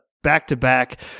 back-to-back